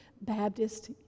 Baptist